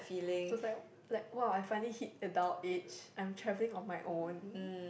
was like !wah! I finally hit adult age I'm travelling on my own